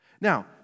Now